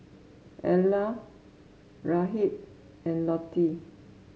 Ela Rhett and Lottie